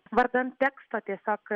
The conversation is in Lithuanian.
vardan teksto tiesiog